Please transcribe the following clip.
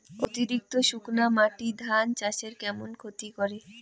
অতিরিক্ত শুকনা মাটি ধান চাষের কেমন ক্ষতি করে?